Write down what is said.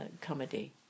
comedy